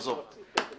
עזוב.